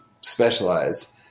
specialize